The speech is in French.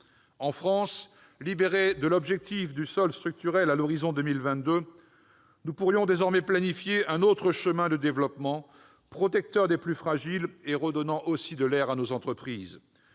En France, libérés de l'objectif de solde structurel à l'horizon de 2022, nous pourrions désormais planifier un autre chemin de développement, protecteur des plus fragiles et redonnant de l'air à nos entreprises.